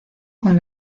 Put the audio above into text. con